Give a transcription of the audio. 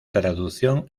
traducción